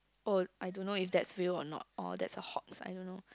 oh I don't know if that's real or not or that's a hoax I don't know